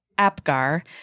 Apgar